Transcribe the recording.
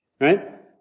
right